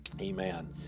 amen